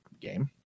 game